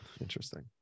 interesting